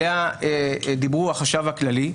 שעליה דיבר החשב הכללי,